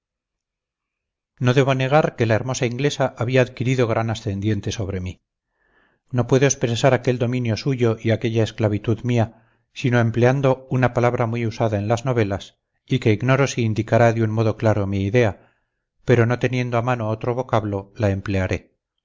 no debo negar que la hermosa inglesa había adquirido gran ascendiente sobre mí no puedo expresar aquel dominio suyo y aquella esclavitud mía sino empleando una palabra muy usada en las novelas y que ignoro si indicará de un modo claro mi idea pero no teniendo a mano otro vocablo la emplearé